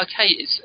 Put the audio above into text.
Okay